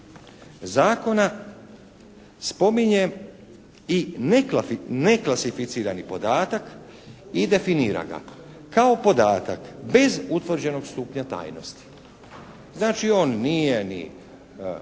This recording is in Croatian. zakona spominje i neklasificirani podatak i definira ga kao podatak bez utvrđenog stupnja tajnosti. Znači, on nije ni